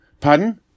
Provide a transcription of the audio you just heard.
Pardon